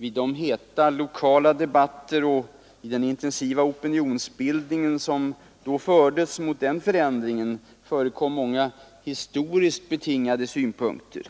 Vid de heta lokala debatter som fördes och i den intensiva opinionsbildningen mot denna förändring förekom många historiskt betingade synpunkter.